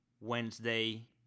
Wednesday